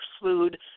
food